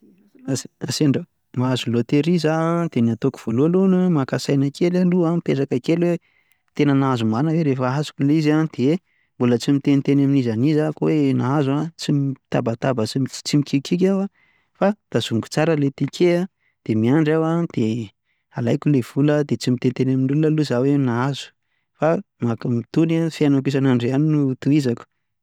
Raha sendra mahazo loteria izaho an, dia ny hataoko voalohany an maka saina kely aho aloha an mipetraka kely hoe tena nahazo marina ve? Dia rehefa azoko ilay izy an dia mbola tsy miteniteny amin'iza amin'iza aho aho hoe nahazo ah, tsy mitabataba, tsy mikiakiaka aho an, fa tazomiko tsara ilay ticket an dia miandry aho ah, dia alaiko ilay vola an, tsy miteniteny amin'ny olona aloha izaho hoe nahazo fa ny fiainako isan'andro ihany no tohizako.